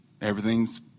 everything's